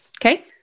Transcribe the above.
Okay